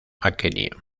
aquenio